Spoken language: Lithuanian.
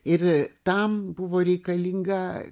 ir tam buvo reikalinga